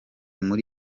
muri